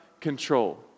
control